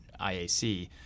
IAC